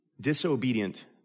Disobedient